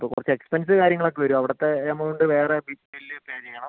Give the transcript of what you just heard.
അപ്പം കുറച്ച് എക്സ്പെൻസ് കാര്യങ്ങളൊക്കെ വരും അവിടുത്തെ എമൗണ്ട് വേറെ ബിൽ പേ ചെയ്യണം